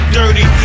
dirty